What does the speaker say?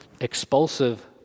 Expulsive